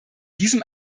diesem